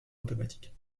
automatique